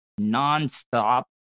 nonstop